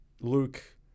Luke